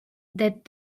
that